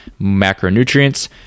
macronutrients